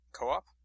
Co-op